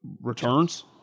returns